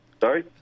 Sorry